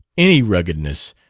any ruggedness,